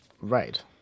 Right